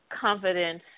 confidence